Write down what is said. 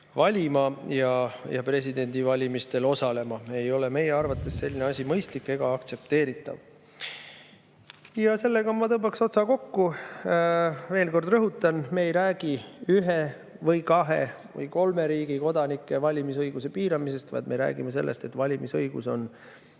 valima ja presidendivalimistel osalema. Meie arvates ei ole selline asi mõistlik ega aktsepteeritav. Ja sellega ma tõmbaks otsad kokku. Veel kord rõhutan, et me ei räägi ühe, kahe või kolme riigi kodanike valimisõiguse piiramisest, vaid me räägime sellest, et valimisõigus on